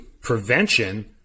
prevention